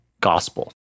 gospel